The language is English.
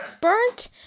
burnt